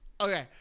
okay